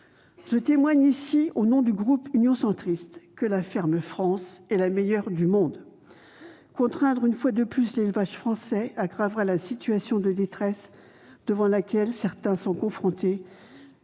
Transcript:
Je témoigne ici, au nom du groupe Union Centriste, que la ferme France est la meilleure du monde. Contraindre une fois de plus l'élevage français aggravera la situation de détresse à laquelle certains sont confrontés.